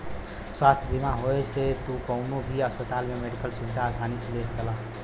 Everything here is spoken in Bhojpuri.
स्वास्थ्य बीमा होये से तू कउनो भी अस्पताल में मेडिकल सुविधा आसानी से ले सकला